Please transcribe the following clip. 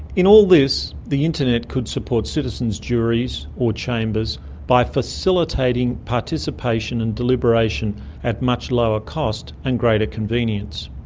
in all this the internet could support citizens' juries or chambers by facilitating participation and deliberation at much lower cost and greater convenience.